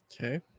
okay